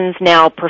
now